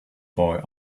boy